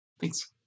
Thanks